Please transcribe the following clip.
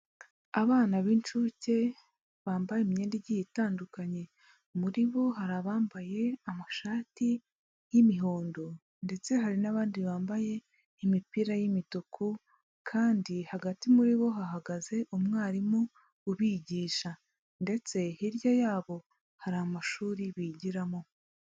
Abana b'incuke bambaye imyenda igiye itandukanye, muri bo hari abambaye amashati y'imihondo ndetse hari n'abandi bambaye imipira y'imituku kandi hagati muri bo hahagaze umwarimu ubigisha ndetse hirya yabo hari amashuri bigiramo.